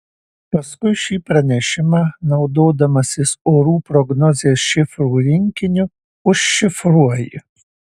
paskui šį pranešimą naudodamasis orų prognozės šifrų rinkiniu užšifruoji